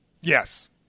Yes